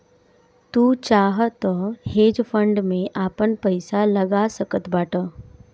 तू चाहअ तअ हेज फंड में आपन पईसा लगा सकत बाटअ